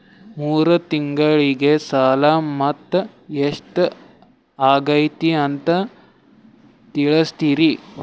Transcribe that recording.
ಮೂರು ತಿಂಗಳಗೆ ಸಾಲ ಮೊತ್ತ ಎಷ್ಟು ಆಗೈತಿ ಅಂತ ತಿಳಸತಿರಿ?